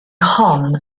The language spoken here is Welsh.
hon